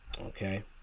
okay